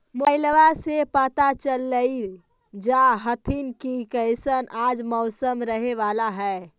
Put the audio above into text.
मोबाईलबा से पता चलिये जा हखिन की कैसन आज मौसम रहे बाला है?